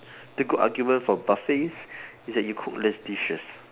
the good argument for buffets is that you cook less dishes